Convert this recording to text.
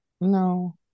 No